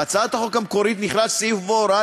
בהצעת החוק המקורית נכלל סעיף שבו הוראה